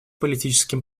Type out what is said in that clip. политическим